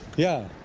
yeah.